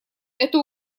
эту